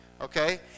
Okay